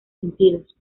sentidos